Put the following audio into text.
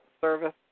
service